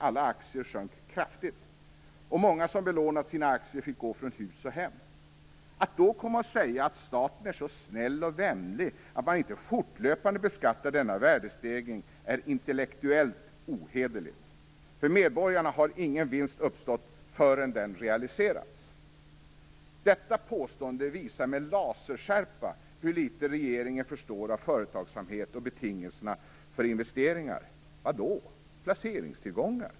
Alla aktier sjönk kraftigt, och många som belånat sina aktier fick gå från hus och hem. Att då komma och säga att staten är så snäll och vänlig att man inte fortlöpande beskattar denna värdestegring är intellektuellt ohederligt. För medborgarna har ingen vinst uppstått förrän den har realiserats. Detta påstående visar med laserskärpa hur litet regeringen förstår av företagsamhet och betingelserna för investeringar. Vad då, placeringstillgångar?